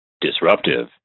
disruptive